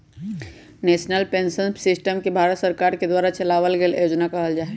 national pension system के भारत सरकार के द्वारा चलावल गइल योजना कहल जा हई